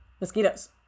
mosquitoes